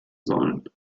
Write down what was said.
sollen